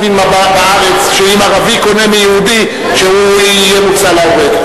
שאם ערבי קונה מיהודי, הוא יוּצא להורג.